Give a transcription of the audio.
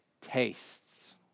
tastes